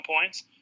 points